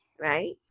right